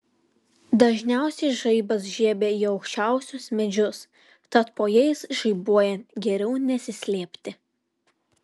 dažniausiai žaibas žiebia į aukščiausius medžius tad po jais žaibuojant geriau nesislėpti